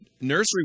Nursery